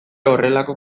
horrelako